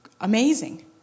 amazing